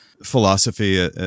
Philosophy